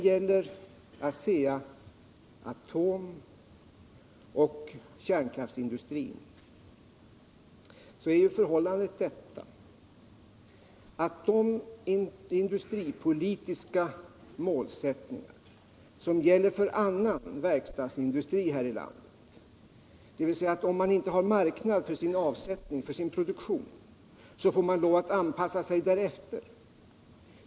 För Asea-Atom och kärnkraftsindustrin gäller de industripolitiska målsättningar som gäller för annan verkstadsindustri här i landet, dvs. om man inte har marknad för sin produktion får man lov att anpassa sig därefter.